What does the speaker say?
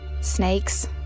Snakes